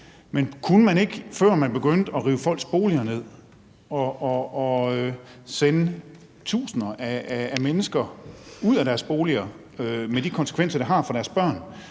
men kunne man ikke, før man begyndte at rive folks boliger ned og sende tusinder af mennesker ud af deres boliger med de konsekvenser, det har for deres børn,